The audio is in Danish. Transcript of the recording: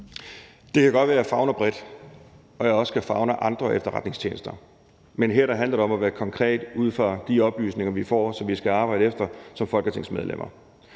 Det kan godt være, jeg favner bredt, og at jeg også kan favne andre efterretningstjenester, men her handler det om at være konkret ud fra de oplysninger, vi får, og som vi skal arbejde efter som folketingsmedlemmer.